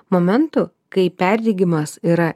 momentų kai perdegimas yra